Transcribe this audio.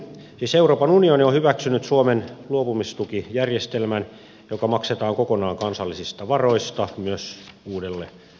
siis euroopan unioni on hyväksynyt suomen luopumistukijärjestelmän joka maksetaan kokonaan kansallisista varoista myös uudelle rahastokaudelle